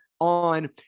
on